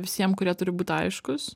visiem kurie turi būt aiškūs